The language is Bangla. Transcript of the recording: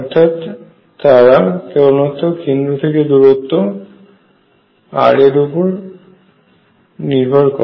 অর্থাৎ তারা কেবলমাত্র কেন্দ্র থেকে দূরত্ব r এর উপর নির্ভর করে